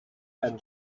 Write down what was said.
and